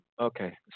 Okay